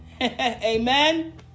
Amen